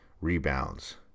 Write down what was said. rebounds